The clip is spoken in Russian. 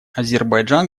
азербайджан